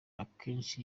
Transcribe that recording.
akenshi